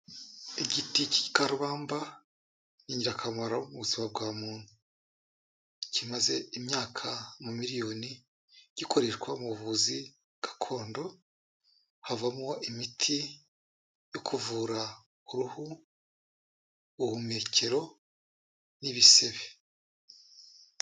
Igiti cy'igikakarubamba, ni ingirakamaro mu buzima bwa muntu. Kimaze imyaka miliyoni, gikoreshwa mu buvuzi gakondo, havamo, imiti, yo kuvura, uruhu, ubuhumekero, n'ibisebe.